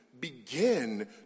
begin